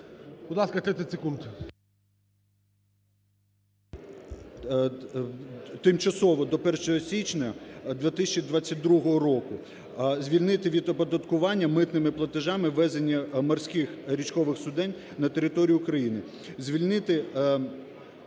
Тимчасово до 1 січня 2022 року звільнити від оподаткування митними платежами ввезення морських річкових суден на територію України.